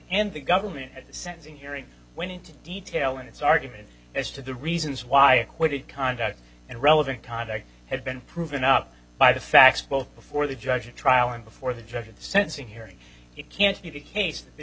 and the government sentencing hearing went into detail in its argument as to the reasons why acquitted conduct and relevant conduct had been proven up by the facts both before the judge of trial and before the judge at the sentencing hearing it can't be the case th